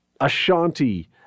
Ashanti